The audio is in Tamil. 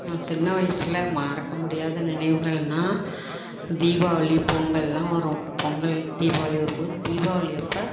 நான் சின்ன வயசில் மறக்கமுடியாத நினைவுகள்னால் தீபாவளி பொங்கலெல்லாம் வரும் பொங்கல் தீபாவளி வரும்போது தீபாவளி அப்போ